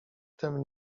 tem